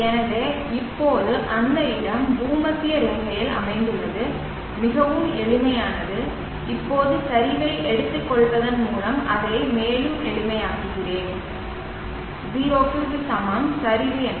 எனவே இப்போது அந்த இடம் பூமத்திய ரேகையில் அமைந்துள்ளது மிகவும் எளிமையானது இப்போது சரிவை எடுத்துக்கொள்வதன் மூலம் அதை மேலும் எளிமையாக்குகிறேன் 0 க்கு சமம் சரிவு என்ன